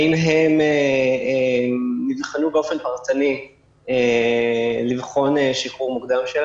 האם הם נבחנו באופן פרטני לגבי שחרורם המוקדם.